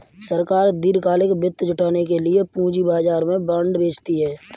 सरकार दीर्घकालिक वित्त जुटाने के लिए पूंजी बाजार में बॉन्ड बेचती है